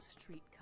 street